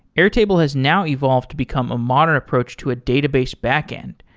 airtable has now evolved to become a modern approach to a database backend.